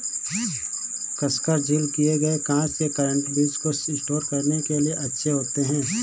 कसकर सील किए गए कांच के कंटेनर बीज को स्टोर करने के लिए अच्छे होते हैं